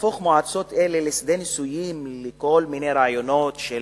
להפוך מועצות אלה לשדה ניסויים לכל מיני רעיונות של